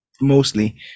mostly